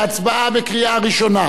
להצבעה בקריאה ראשונה.